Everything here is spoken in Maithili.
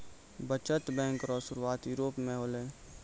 बचत बैंक रो सुरुआत यूरोप मे होलै